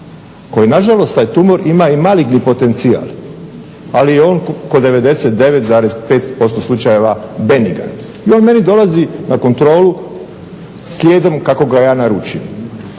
koji nažalost taj tumor ima i maligni potencijal, ali je on kod 99,5% slučajeva benigan. I on meni dolazi na kontrolu slijedom kako ga ja naručujem.